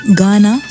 Ghana